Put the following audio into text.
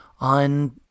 on